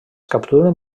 capturen